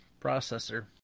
processor